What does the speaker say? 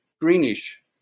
greenish